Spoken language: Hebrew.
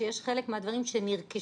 יש חלק מהדברים שנרכשו,